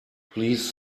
please